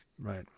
right